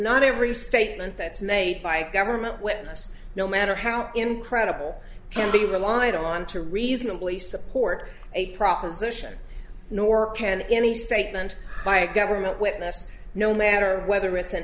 not every statement that's made by government witness no matter how incredible can be relied on to reasonably support a proposition nor can any statement by a government witness no matter whether it's